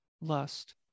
Lust